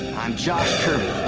i'm josh kirby,